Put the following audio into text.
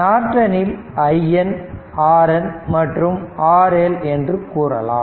நார்டனில் IN RN மற்றும் RL என்று கூறலாம்